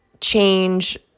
change